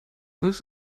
this